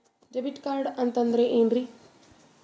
Debit card ಅಂತಂದ್ರೆ ಏನ್ರೀ?